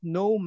no